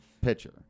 pitcher